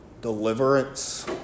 deliverance